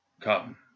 come